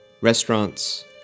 Restaurants